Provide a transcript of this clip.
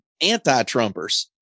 anti-Trumpers